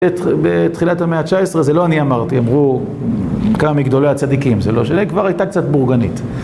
בתחילת המאה ה-19, זה לא אני אמרתי, אמרו כמה מגדולי הצדיקים, זה לא שלי, כבר הייתה קצת בורגנית.